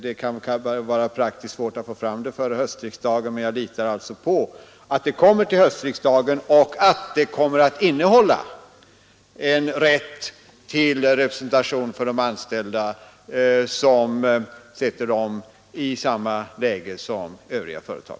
Det kan vara praktiskt svårt att få fram ett förslag före höstriksdagen, men jag litar på att ett sådant kommer till höstriksdagen och att det då innehåller rätt till styrelserepresentation för bankoch försäkringsanställda, så att de kommer i samma läge som anställda i övriga företag.